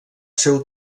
seu